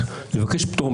משפטית,